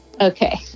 Okay